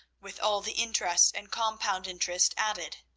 with all the interest and compound interest added.